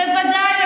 בוודאי,